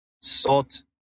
Salt